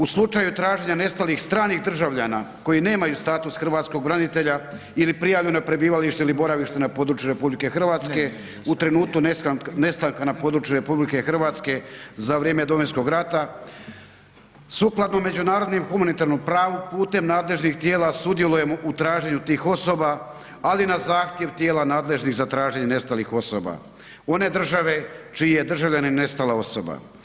U slučaju traženja nestalih stranih državljana koji nemaju status Hrvatskog branitelja ili prijavljeno prebivalište ili boravište na području RH u trenutku nestanka na području RH za vrijeme Domovinskog rata sukladno međunarodnom humanitarnom pravu putem nadležnih tijela sudjelujemo u traženju tih osoba ali na zahtjev tijela nadležnih za traženje nestalih osoba one države čiji je državljanin nestala osoba.